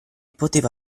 poteva